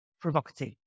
provocative